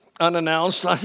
unannounced